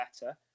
better